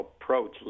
approach